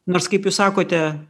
nors kaip jūs sakote